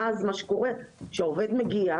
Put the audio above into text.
ואז מה שקורה זה שעובד מגיע